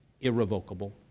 Irrevocable